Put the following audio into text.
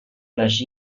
les